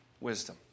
wisdom